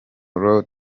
lord